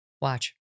watch